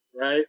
right